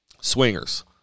swingers